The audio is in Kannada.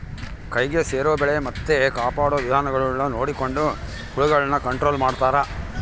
ಕೈಗೆ ಸೇರೊ ಬೆಳೆ ಮತ್ತೆ ಕಾಪಾಡೊ ವಿಧಾನಗುಳ್ನ ನೊಡಕೊಂಡು ಹುಳಗುಳ್ನ ಕಂಟ್ರೊಲು ಮಾಡ್ತಾರಾ